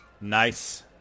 Nice